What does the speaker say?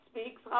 speaks